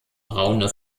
braune